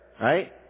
right